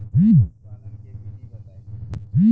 मुर्गी पालन के विधि बताई?